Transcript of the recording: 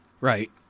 Right